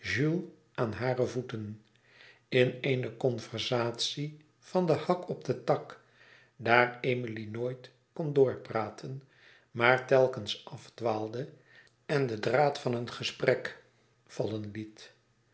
aan hare voeten in eene conversatie van den hak op den tak daar amélie nooit kon doorpraten maar telkens afdwaalde en den draad van een gesprek vallen liet